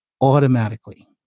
automatically